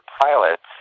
pilots